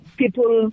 people